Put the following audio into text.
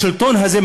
השלטון הזה,